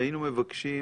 שהיינו מבקשים